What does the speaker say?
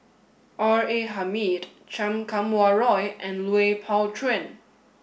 R A Hamid Chan Kum Wah Roy and Lui Pao Chuen